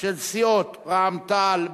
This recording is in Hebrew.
של סיעות רע"ם-תע"ל,